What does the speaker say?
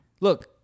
Look